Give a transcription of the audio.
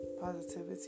positivity